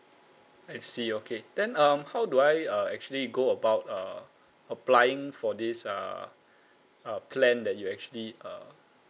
I see okay then um how do I uh actually go about uh applying for this uh uh plan that you actually uh